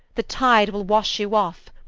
the tyde will wash you off,